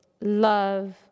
love